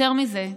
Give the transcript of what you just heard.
ויותר מזה,